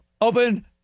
Open